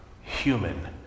human